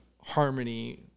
Harmony